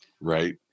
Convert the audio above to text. right